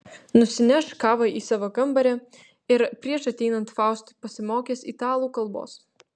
nusineš kavą į savo kambarį ir prieš ateinant faustui pasimokys italų kalbos